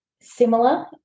Similar